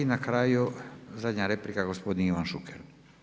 I na kraju zadnja replika gospodin Ivan Šuker.